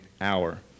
hour